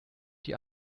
die